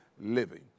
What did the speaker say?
living